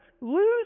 lose